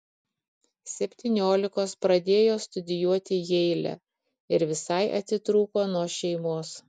septyniolikos pradėjo studijuoti jeile ir visai atitrūko nuo šeimos